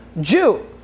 Jew